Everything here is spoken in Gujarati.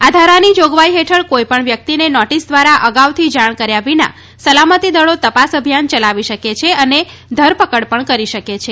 આ ધારાની જોગવાઈ ફેઠળ કોઇપણ વ્યક્તિને નોટીસ દ્વારા અગાઉથી જાણ કર્યા વિના સલામતી દળો તપાસ અભિયાન ચલાવી શકે છે અને ધરપકડ પણ કરી શકે છે